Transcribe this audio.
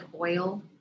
oil